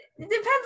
depends